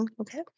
okay